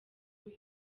kuri